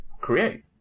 create